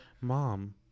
mom